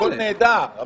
הכול נהדר.